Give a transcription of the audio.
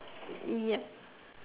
it's me ya